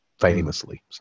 famously